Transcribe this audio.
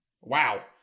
Wow